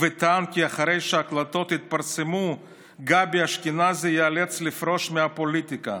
וטען כי אחרי שההקלטות יתפרסמו גבי אשכנזי ייאלץ לפרוש מהפוליטיקה.